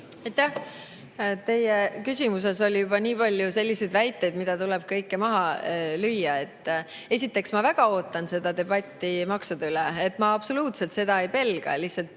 Teie küsimuses oli nii palju selliseid väiteid, mis tuleks kõik [ümber lükata]. Esiteks, ma väga ootan seda debatti maksude üle, ma absoluutselt seda ei pelga. Lihtsalt